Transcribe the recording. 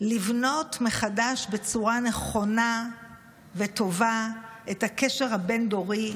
לבנות מחדש בצורה נכונה וטובה את הקשר הבין-דורי,